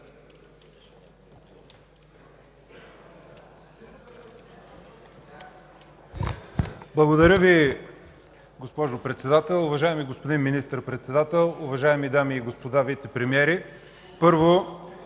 Благодаря Ви, госпожо Председател. Уважаеми господин Министър-председател, уважаеми дами и господа вицепремиери! Първо,